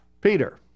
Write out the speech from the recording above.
Peter